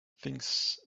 things